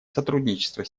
сотрудничество